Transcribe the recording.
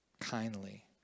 kindly